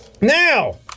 Now